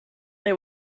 they